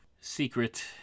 secret